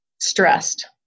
stressed